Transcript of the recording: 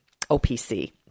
OPC